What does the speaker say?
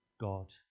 God